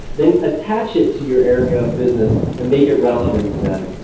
then attach it to your area of business and make it relevant to them.